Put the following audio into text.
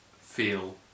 feel